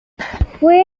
fue